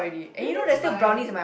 then that's fine